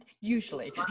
Usually